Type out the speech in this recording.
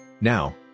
Now